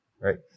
right